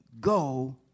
Go